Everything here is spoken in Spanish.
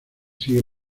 sigue